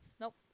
nope